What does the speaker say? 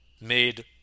Made